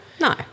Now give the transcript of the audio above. No